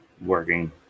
Working